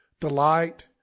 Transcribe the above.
delight